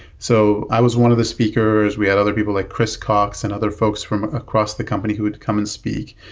so i was one of the speakers. we had other people like chris cox and other folks from across the company who'd come and speak.